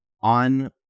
on